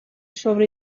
sobre